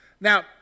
Now